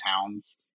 towns